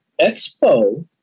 expo